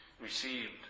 received